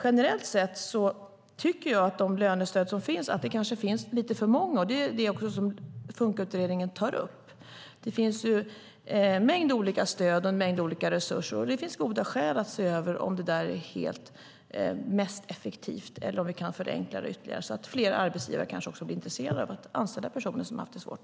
Generellt sett tycker jag att det kanske finns lite för många lönestöd. Även detta tar FunkA-utredningen upp. Det finns en mängd olika stöd och en mängd olika resurser, och det finns goda skäl att se över om det vi har nu är mest effektivt eller om vi kan förenkla det ytterligare så att fler arbetsgivare kanske blir intresserade av att anställa personer som har haft det svårt.